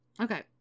okay